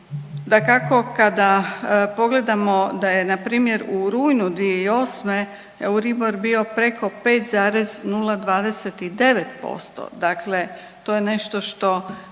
Dakako kada pogledamo da je npr. rujnu 2008. EURIBOR bio preko 5,029% dakle to je nešto što